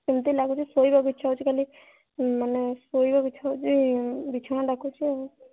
ଏମିତି ଲାଗୁଛି ଶୋଇବାକୁ ଇଚ୍ଛା ହେଉଛି ଖାଲି ମାନେ ଶୋଇବାକୁ ଇଚ୍ଛା ହେଉଛି ବିଛଣା ଡାକୁଛି ଆଉ